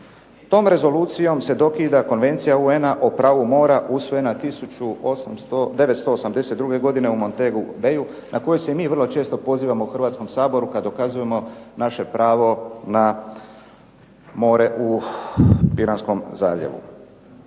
Tom rezolucijom se dokida konvencija UN-a o pravu mora usvojena 1982. godine u Montegu Bayu na koji se mi vrlo često pozivamo u Hrvatskom saboru kad dokazujemo naše pravo na more u Piranskom zaljevu.